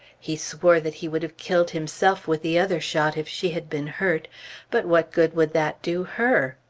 he swore that he would have killed himself with the other shot if she had been hurt but what good would that do her?